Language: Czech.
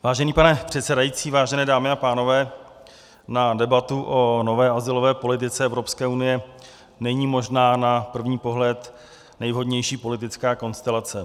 Vážený pane předsedající, vážené dámy a pánové, na debatu o nové azylové politice Evropské unie není možná na první pohled nejvhodnější politická konstelace.